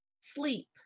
sleep